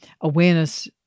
awareness